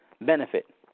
benefit